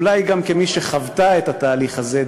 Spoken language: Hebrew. אולי גם כמי שחוותה את התהליך הזה,